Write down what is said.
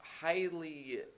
highly